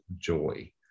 joy